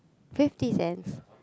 fifty cents